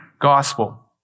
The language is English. gospel